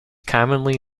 commonly